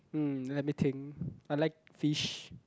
mm let me think I like fish